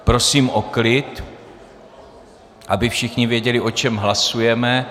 Prosím o klid, aby všichni věděli, o čem hlasujeme.